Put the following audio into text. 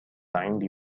عندي